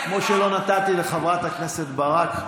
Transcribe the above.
כמו שלא נתתי לחברת הכנסת ברק.